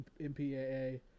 MPAA